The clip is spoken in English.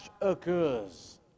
occurs